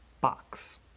box